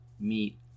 meet